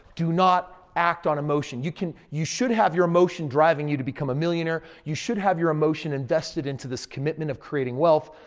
do not act on emotion. you can. you should have your emotion driving you to become a millionaire. you should have your emotion invested into this commitment of creating wealth.